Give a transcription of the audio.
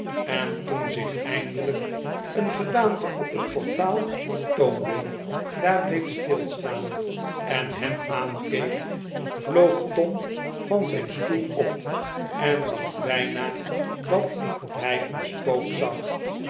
en toen zich eindelijk een gedaante op het portaal vertoonde daar bleef stilstaan en hem aankeek vloog tom van zijn stoel op en dacht bijna dat hij een spook zag